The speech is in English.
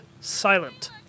silent